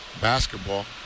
Basketball